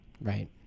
Right